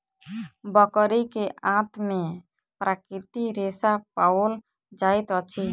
बकरी के आंत में प्राकृतिक रेशा पाओल जाइत अछि